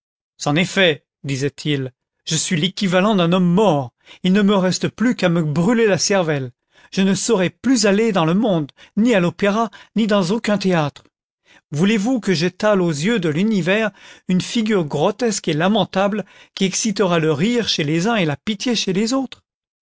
est fait disait-il je suis l'équivalent d'un homme mort il ne me reste plus qu'à me brûler la cervelle je ne saurais plus aller dans le monde ni à l'opéra ni dans aucun théâtre voulez-vous que j'étale aux yeux de l'univers une figure grotesque et lamentable qui excitera le rire chez les uns et la pitié chez les autres